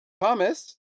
thomas